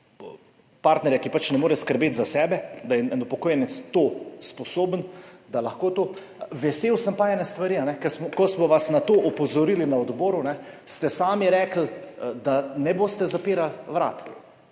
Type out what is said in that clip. partnerja, ki pač ne more skrbeti za sebe, da je en upokojenec to sposoben, da lahko to. Vesel sem pa ene stvari, ker ko smo vas na to opozorili na odboru, ste sami rekli, da ne boste zapirali vrat.